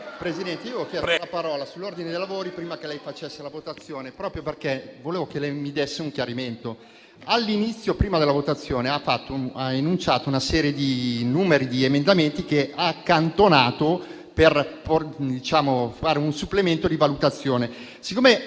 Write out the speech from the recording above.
Presidente, ho chiesto la parola sull'ordine dei lavori prima che lei aprisse la votazione, proprio perché volevo che lei mi desse un chiarimento. All'inizio, prima della votazione, ha enunciato una serie di emendamenti che ha accantonato per consentire un supplemento di valutazione. Siccome